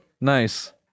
nice